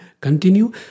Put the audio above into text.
continue